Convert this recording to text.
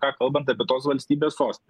ką kalbant apie tos valstybės sostinę